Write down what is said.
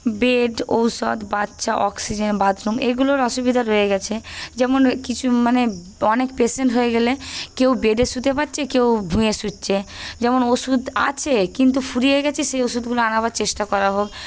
bed ঔষধ বাচ্চা oxygen bathroom এগুলোর অসুবিধা রয়ে গেছে যেমন কিছু মানে অনেক পেশেন্ট হয়ে গেলে কেউ বেডে শুতে পাচ্ছে কেউ ভুঁইয়ে শুচ্ছে যেমন ওষুধ আছে কিন্তু ফুরিয়ে গেছে সেই ওষুধগুলো আনাবার চেষ্টা করা হোক